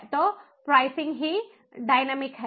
तो प्राइसिंग ही डाइनैमिक है